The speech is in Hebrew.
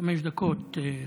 חמש דקות.